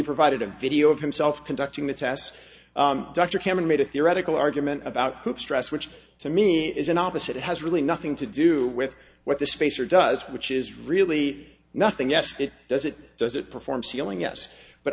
provided a video of himself conducting the tests dr cameron made a theoretical argument about stress which to me is an opposite has really nothing to do with what the spacer does which is really nothing yes it does it does it performs healing yes but